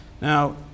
now